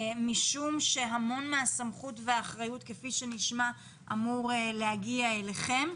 משום שהמון מהסמכות והאחריות אמור להגיע אליכם.